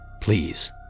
please